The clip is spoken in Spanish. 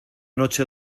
noche